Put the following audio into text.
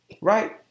right